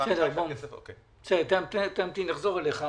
אני אחזור אליך.